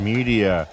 Media